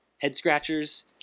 head-scratchers